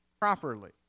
properly